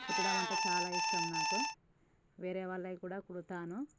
కుట్టడం అంటే చాలా ఇష్టం నాకు వేరే వాళ్ళయి కూడా కుడుతాను